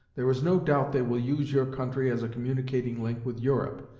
there is no doubt they will use your country as a communicating link with europe,